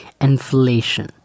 inflation